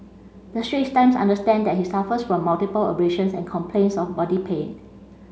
the Straits Times understand that he suffers from multiple abrasions and complains of body pain